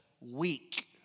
weak